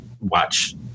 watch